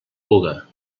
puga